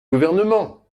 gouvernement